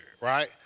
Right